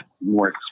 more